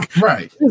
Right